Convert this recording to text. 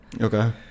Okay